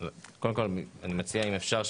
אם אפשר,